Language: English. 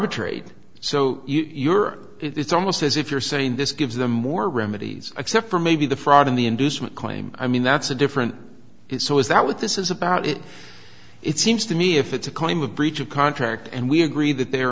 so you're it's almost as if you're saying this gives them more remedies except for maybe the fraud in the inducement claim i mean that's a different is so is that what this is about it it seems to me if it's a claim of breach of contract and we agree that the